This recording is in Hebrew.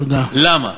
למה?